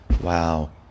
wow